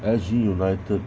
S_G united